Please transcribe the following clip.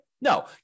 No